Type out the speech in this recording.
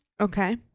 Okay